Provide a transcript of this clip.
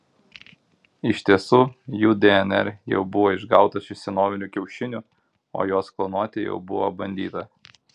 iš tiesų jų dnr jau buvo išgautas iš senovinių kiaušinių o juos klonuoti jau buvo bandyta